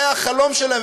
זה היה החלום שלהם,